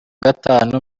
gatanu